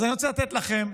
אז אני רוצה לתת לכם,